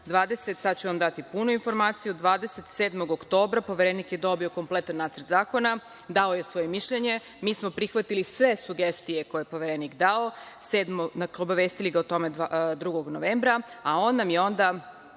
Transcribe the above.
sad ću vam dati punu informaciju. Dvadeset sedmog oktobra poverenik je dobio kompletan Nacrt zakona, dao je svoje mišljenje. Mi smo prihvatili sve sugestije koje je Poverenik dao, obavestili ga o tome 2. novembra, a on nam je onda